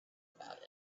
about